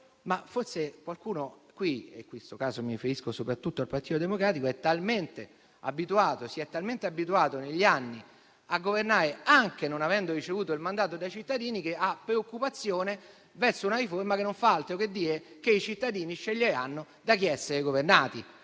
però qualcuno qui - in questo caso, mi riferisco soprattutto al Partito Democratico - si è talmente abituato negli anni a governare anche senza aver ricevuto il mandato dai cittadini che ha preoccupazione verso una riforma che non fa altro che dire che i cittadini sceglieranno da chi essere governati.